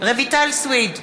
רויטל סויד,